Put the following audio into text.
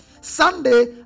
Sunday